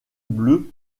bleue